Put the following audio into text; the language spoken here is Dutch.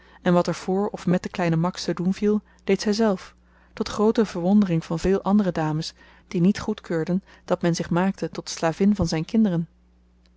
en wat er voor of met de kleine max te doen viel deed zyzelf tot groote verwondering van veel andere dames die niet goedkeurden dat men zich maakte tot slavin van zyn kinderen